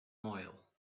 oil